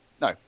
No